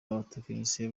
abatekinisiye